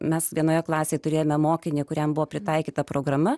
mes vienoje klasėje turėjome mokinį kuriam buvo pritaikyta programa